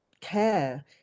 care